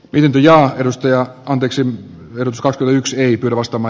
pinja edustaja on yksi peruskorko yksi perustama